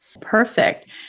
Perfect